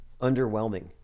underwhelming